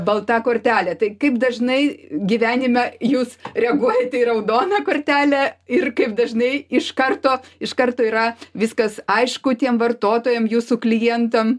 balta kortelė tai kaip dažnai gyvenime jūs reaguojate į raudoną kortelę ir kaip dažnai iš karto iš karto yra viskas aišku tiem vartotojam jūsų klientam